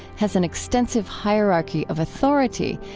has an extensive hierarchy of authority,